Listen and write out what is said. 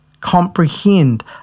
comprehend